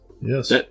Yes